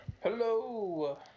hello